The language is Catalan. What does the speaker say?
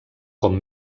com